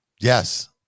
Yes